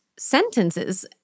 sentences